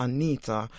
Anita